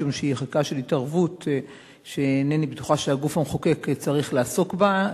משום שהיא חקיקה של התערבות שאינני בטוחה שהגוף המחוקק צריך לעסוק בה.